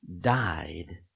died